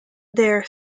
their